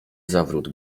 zawrót